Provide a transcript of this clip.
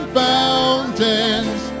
fountains